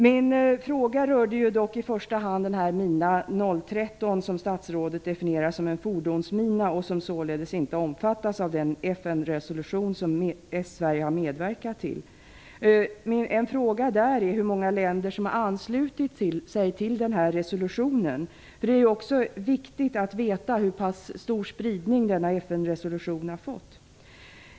Min fråga rörde i första hand mina 013, som statsrådet definierar som en fordonsmina och som således inte omfattas av den FN-resolution som Sverige har medverkat till. Jag vill fråga: Hur många länder har anslutit sig till den resolutionen? Det är viktigt att vi får veta hur pass stor spridning denna FN-resolution har fått.